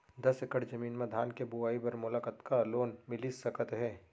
दस एकड़ जमीन मा धान के बुआई बर मोला कतका लोन मिलिस सकत हे?